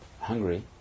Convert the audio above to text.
Hungary